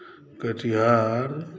Katihar